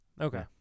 Okay